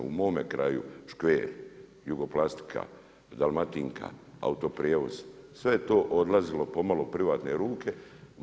U mome kraju Škver, Jugoplastika, Dalmatinka, Autoprijevoz sve je to odlazilo pomalo u privatne ruke.